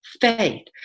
faith